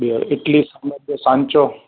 ॿियो इडली सांभर जो सांचो